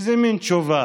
איזה מין תשובה?